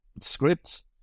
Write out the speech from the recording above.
scripts